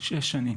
שש שנים,